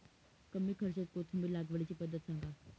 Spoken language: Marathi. कमी खर्च्यात कोथिंबिर लागवडीची पद्धत सांगा